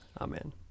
Amen